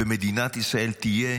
ומדינת ישראל תהיה,